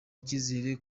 icyizere